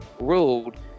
ruled